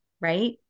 right